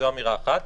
זו אמירה אחת.